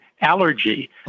allergy